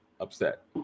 upset